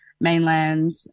mainland